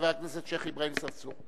חבר הכנסת השיח' אברהים צרצור.